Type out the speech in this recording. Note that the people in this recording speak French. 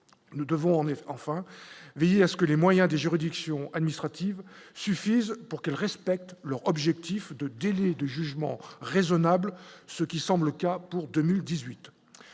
en effet enfin veiller à ce que les moyens des juridictions administratives suffisent pour qu'elles respectent leur objectif de délits et de jugement raisonnables, ce qui semble, pour 2018